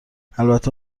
البته